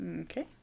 Okay